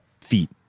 feet